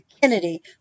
Kennedy